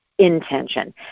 intention